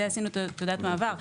זה עשינו תעודת מעבר.